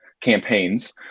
campaigns